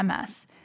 MS